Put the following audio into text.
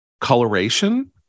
coloration